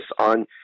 on